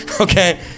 Okay